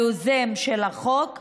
היוזם של החוק,